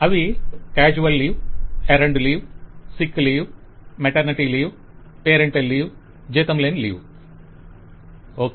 అవి casual leave ఎరండు leave sick leave maternity leave parental leave జీతంలేని లీవ్ వెండర్ ఓకె